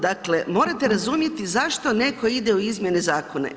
Dakle, morate razumjeti zašto netko ide u izmjene zakona.